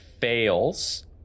fails